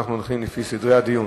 אנחנו הולכים לפי סדרי הדיון.